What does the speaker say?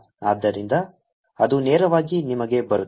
ಆದ್ದರಿಂದ ಅದು ನೇರವಾಗಿ ನಿಮಗೆ ಬರುತ್ತದೆ